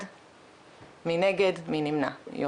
הצבעה